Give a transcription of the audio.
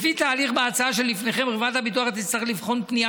לפי התהליך שבהצעה שלפניכם חברת הביטוח תצטרך לבחון פנייה